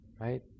right